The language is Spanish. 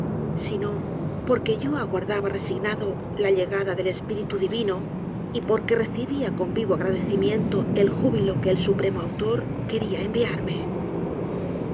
sino porque yo aguardaba resignadola llegada del espíritu divino y por que recibía con vivo agradecimiento el júbilo que el supremo autor querjaenviarme